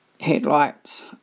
headlights